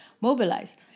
mobilize